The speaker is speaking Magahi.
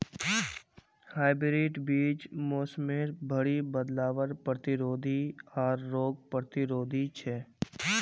हाइब्रिड बीज मोसमेर भरी बदलावर प्रतिरोधी आर रोग प्रतिरोधी छे